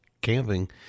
camping